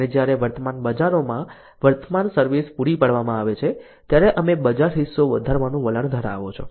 અને જ્યારે વર્તમાન બજારોમાં વર્તમાન સર્વિસ પૂરી પાડવામાં આવે છે ત્યારે તમે બજારહિસ્સો વધારવાનું વલણ ધરાવો છો